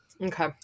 Okay